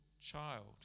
child